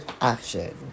action